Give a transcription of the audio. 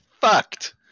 fucked